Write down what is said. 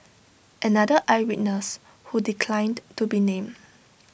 another eye witness who declined to be named